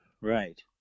right